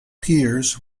piers